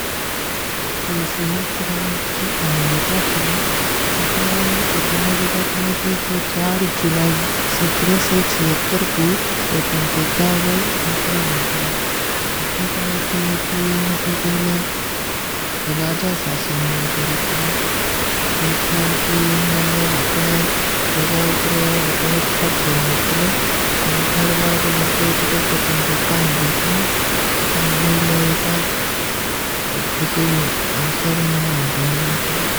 ଜୋ ସୁଖ୍ତରାଜ ଅମେରିକା ଥିଲା, ହେଟାର ଏତିହାସ ଥିଲା କି ସୁଚାର ଜୁଲାଈ ସୁତ୍ରସୋଚୀହତ୍ତର କୁ ସ୍ଵତଂତତ୍ତାରର ଗୋଶନା ହୈ ଥିଲା। ହେଟୀ କରନା ଥିଲା କି ହେଟୂ ପହିଲେ ରାଜା ସାସନ ହୁଆ କରୂ ଥୂଲା। ଜୋ ଥାର କି ମାନେ ଅପନା ପ୍ରଜାଵ ପରେ ବହୁତ ହଗ ଜମାଁ ଥୂଲେ, ତେ ହେଟାର ବାଦ ମାଂକୋ ଏଟିକେ ସୁତଂତତ୍ତା ମିଲୀ ଥିଲା। ତୋ ହେଲେ ଏଟା ଖୁଶୀର ଅଵସର ମନାଯା ଜାଯେ ମାଂକରଲେ।